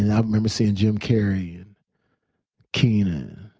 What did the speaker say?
and i remember seeing jim carrey, and keenan,